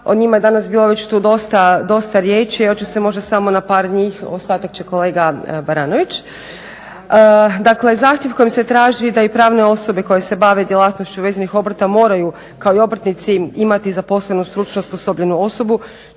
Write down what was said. O njima je danas bilo već tu dosta, dosta riječi. Ja ću se možda samo na par njih, ostatak će kolega Baranović. Dakle, zahtjev kojim se traži da i pravne osobe koje se bave djelatnošću vezanih obrta moraju kao i obrtnici imaju zaposlenu stručno osposobljenu osobu,